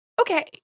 Okay